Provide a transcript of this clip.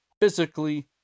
physically